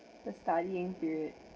the studying period